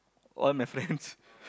one my friends